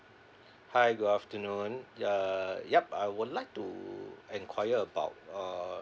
hi good afternoon uh yup I would like to enquire about uh